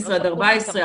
12 עד 14,